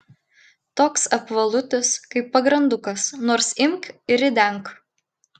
toks apvalutis kaip pagrandukas nors imk ir ridenk